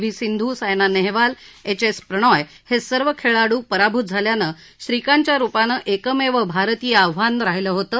V Sindhu Saina Nehwal H S Prannoy हे सर्व खेळाडू पराभूत झाल्यानं श्रीकांतच्या रुपानं एकमेव भारतीय आव्हान राहिलं होतं